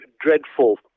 dreadful